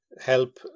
help